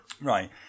Right